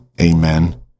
amen